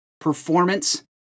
performance